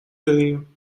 داریم